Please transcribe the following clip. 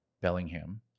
Bellingham